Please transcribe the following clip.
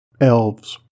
Elves